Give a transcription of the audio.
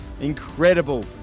incredible